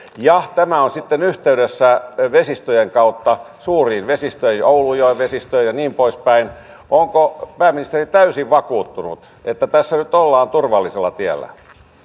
ja tämä on sitten yhteydessä vesistöjen kautta suuriin vesistöihin oulujoen vesistöön ja niin poispäin onko pääministeri täysin vakuuttunut että tässä nyt ollaan turvallisella tiellä